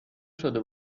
شده